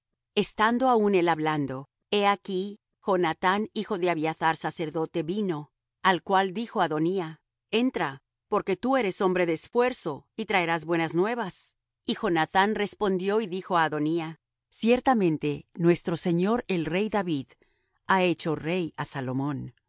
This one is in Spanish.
estando aún él hablando he aquí jonathán hijo de abiathar sacerdote vino al cual dijo adonía entra porque tú eres hombre de esfuerzo y traerás buenas nuevas y jonathán respondió y dijo á adonía ciertamente nuestro señor el rey david ha hecho rey á salomón